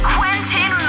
Quentin